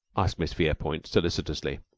asked miss verepoint, solicitously.